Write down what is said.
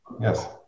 Yes